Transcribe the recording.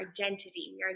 identity